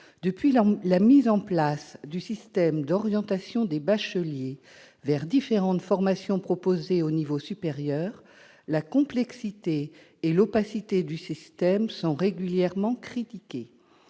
Depuis la mise en place du système d'orientation des bacheliers vers différentes formations proposées au niveau supérieur, la complexité et l'opacité du système sont régulièrement critiquées.